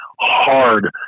hard